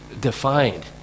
defined